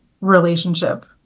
relationship